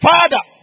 Father